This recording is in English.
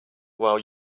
while